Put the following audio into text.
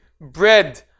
bread